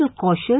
cautious